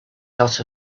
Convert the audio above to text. dot